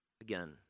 Again